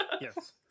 yes